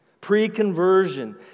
pre-conversion